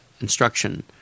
instruction